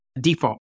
default